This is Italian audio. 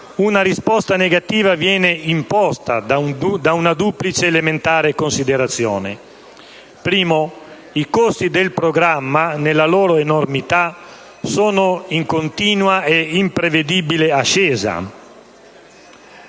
una risposta negativa viene imposta da una duplice elementare considerazione. In primo luogo, i costi del programma, nella loro enormità, sono in continua e imprevedibile ascesa,